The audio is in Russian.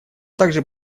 также